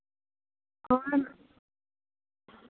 ᱦᱳᱭ